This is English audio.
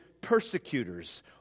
persecutors